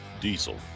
Diesel